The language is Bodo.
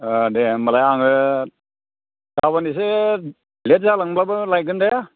अ दे होनबालाय आङो गाबोन इसे लेट जालांबाबो लायगोन दे